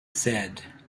said